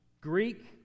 Greek